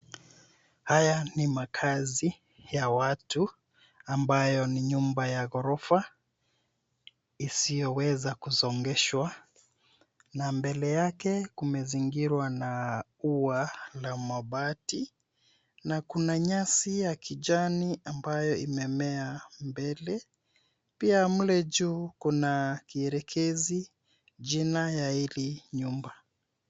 Haya ni makazi ya watu ambayo ni nyumba ya ghorofa isiyoweza kusongeshwa na mbele yake kumezingirwa na ua la mabati na kuna nyasi ya kijani ambayo imemea mbele, pia mle juu kuna kielekezi jina ya hili nyumba.